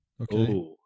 Okay